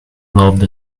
loved